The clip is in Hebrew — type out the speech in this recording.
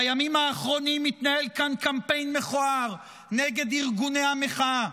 בימים האחרונים מתנהל כאן קמפיין מכוער נגד ארגוני המחאה,